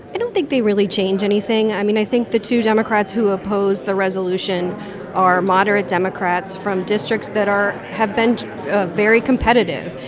i don't think they really changed anything. i mean, i think the two democrats who opposed the resolution are moderate democrats from districts that are have been very competitive.